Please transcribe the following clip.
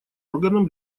органом